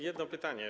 Jedno pytanie.